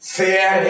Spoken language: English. fair